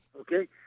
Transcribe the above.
Okay